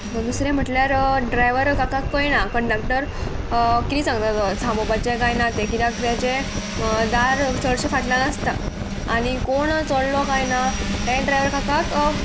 दुसरें म्हटल्यार ड्रायवर काकाक कळना कंडक्टर कितें सांगता तो थांबोपाचें कांय ना तें कित्याक तेचें दार चडशें फाटल्यान आसता आनी कोण चडलो काय ना हें ड्रायवर काकाक